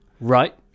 Right